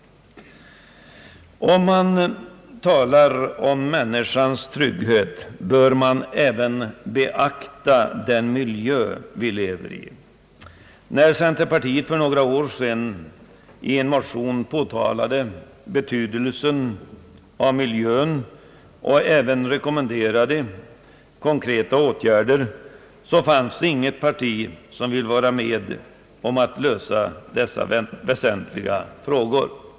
När man talar om människans trygghet bör man även beakta den miljö vi lever i. När centerpartiet för några år sedan i en motion påtalade betydelsen av miljön och även rekommenderade konkreta åtgärder, fanns det inget parti som ville vara med om att lösa dessa väsentliga frågor.